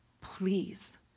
Please